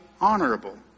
honorable